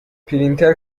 پرینتر